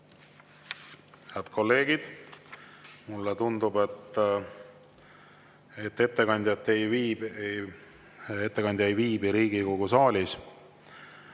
Head kolleegid, mulle tundub, et ettekandja ei viibi Riigikogu saalis,